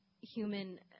human